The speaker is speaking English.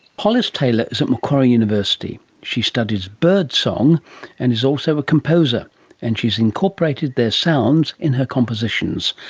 hollis taylor is at macquarie university, she studies birdsong and is also a composer and she has incorporated their sounds in her competitions,